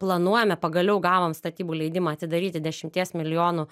planuojame pagaliau gavom statybų leidimą atidaryti dešimties milijonų